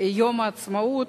יום העצמאות,